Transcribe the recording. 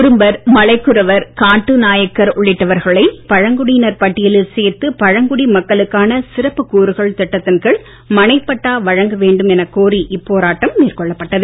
குறும்பர் மலைக்குறவர் காட்டு நாயக்கர் உள்ளிட்டவர்களை பழங்குடியினர் பட்டியலில் சேர்த்து பழங்குடி மக்களுக்கான சிறப்பு கூறுகள் திட்டத்தின் கீழ் மனைப்பட்டா வழங்க வேண்டும் என கோரிக் இப்போராட்டம் மேற்கொள்ளப்பட்டது